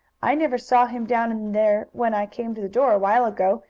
i never saw him down in there when i came to the door a while ago,